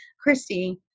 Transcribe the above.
Christy